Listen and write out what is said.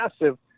massive